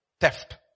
theft